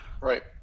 right